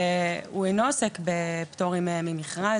הוא אינו עוסק בפטורים ממכרז.